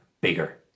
bigger